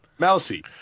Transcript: Mousy